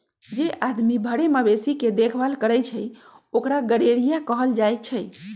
जे आदमी भेर मवेशी के देखभाल करई छई ओकरा गरेड़िया कहल जाई छई